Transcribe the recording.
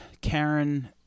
Karen